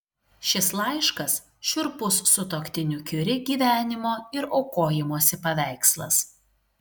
šis laiškas šiurpus sutuoktinių kiuri gyvenimo ir aukojimosi paveikslas